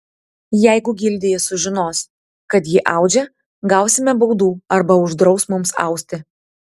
jeigu gildija sužinos kad ji audžia gausime baudų arba uždraus mums austi